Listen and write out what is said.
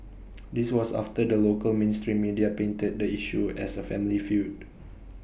this was after the local mainstream media painted the issue as A family feud